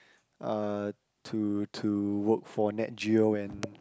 uh to to work for Nat Geo and